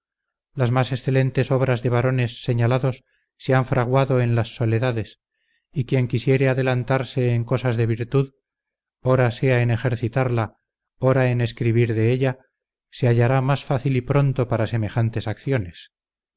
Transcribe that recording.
las más excelentes obras de varones señalados se han fraguado en las soledades y quien quisiere adelantarse en cosas de virtud ora sea en ejercitarla ora sea en escribir de ella se hallará más fácil y pronto para semejantes acciones